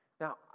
Now